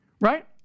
right